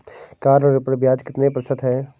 Car ऋण पर ब्याज कितने प्रतिशत है?